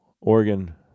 Oregon